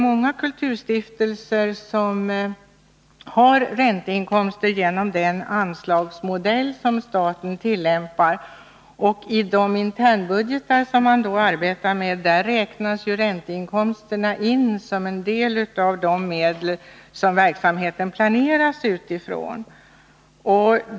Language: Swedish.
Många kulturstiftelser har ränteinkomster genom den anslagsmodell som staten tillämpar, och i de internbudgetar som stifelserna arbetar med räknas ränteinkomsterna in som en del av de medel som verksamheten planeras utifrån.